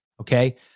Okay